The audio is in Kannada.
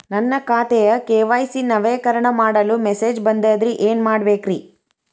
ನನ್ನ ಖಾತೆಯ ಕೆ.ವೈ.ಸಿ ನವೇಕರಣ ಮಾಡಲು ಮೆಸೇಜ್ ಬಂದದ್ರಿ ಏನ್ ಮಾಡ್ಬೇಕ್ರಿ?